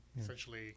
essentially